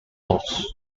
lost